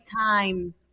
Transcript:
time